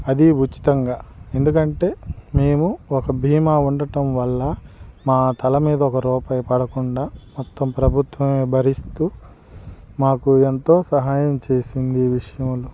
అది ఉచితంగా ఎందుకంటే మేము ఒక బీమా ఉండటం వల్ల మా తల మీద ఒక రూపాయి పడకుండా మొత్తం ప్రభుత్వమే భరిస్తూ మాకు ఎంతో సహాయం చేసింది ఈ విషయంలో